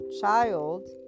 child